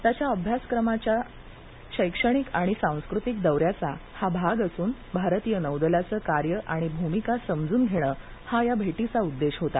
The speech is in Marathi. त्याच्या अभ्यासक्रमातील शैक्षणिक आणि सांस्कृतिक दौऱ्याचा हा भाग असन भारतीय नौदलाचे कार्य आणि भूमिका समजून घेणं हा या भेटीचा उद्देश होता